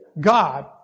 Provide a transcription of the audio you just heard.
God